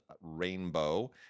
Rainbow